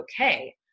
okay